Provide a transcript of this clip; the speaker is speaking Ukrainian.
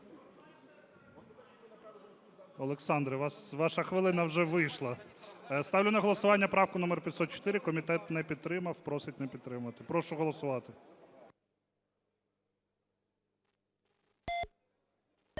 Олександре, ваша хвилина вже вийшла. Ставлю на голосування правку номер 504. Комітет не підтримав. Просить не підтримувати. Прошу голосувати.